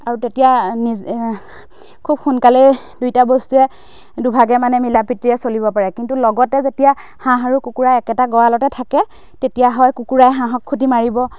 আৰু তেতিয়া নিজে খুব সোনকালে দুইটা বস্তুৱে দুভাগে মানে মিলা প্ৰীতিৰে চলিব পাৰে কিন্তু লগতে যেতিয়া হাঁহ আৰু কুকুৰা একেটা গঁৰালতে থাকে তেতিয়া হয় কুকুৰাই হাঁহক খুতি মাৰিব